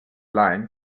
lion